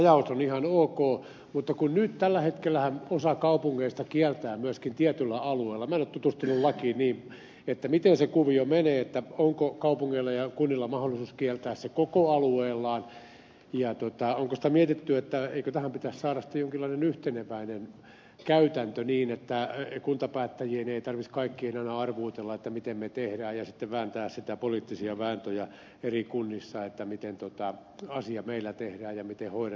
tämä rajaus on ihan ok mutta kun nyt tällä hetkellähän osa kaupungeista kieltää sen myöskin tietyllä alueella minä en ole tutustunut lakiin niin että tietäisin tarkalleen miten se kuvio menee onko kaupungeilla ja kunnilla mahdollisuus kieltää se koko alueellaan niin onko sitä mietitty eikö tähän pitäisi saada jonkinlainen yhteneväinen käytäntö niin että kaikkien kuntapäättäjien ei tarvitsisi aina arvuutella miten me teemme ja sitten vääntää siitä poliittisia vääntöjä eri kunnissa miten asia meillä tehdään ja miten hoidetaan